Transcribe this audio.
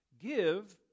Give